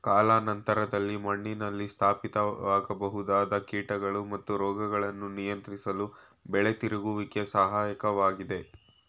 ಕಾಲಾನಂತರದಲ್ಲಿ ಮಣ್ಣಿನಲ್ಲಿ ಸ್ಥಾಪಿತವಾಗಬಹುದಾದ ಕೀಟಗಳು ಮತ್ತು ರೋಗಗಳನ್ನು ನಿಯಂತ್ರಿಸಲು ಬೆಳೆ ತಿರುಗುವಿಕೆ ಸಹಾಯಕ ವಾಗಯ್ತೆ